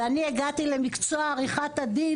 ואני הגעתי למקצוע עריכת הדין,